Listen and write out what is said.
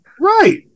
Right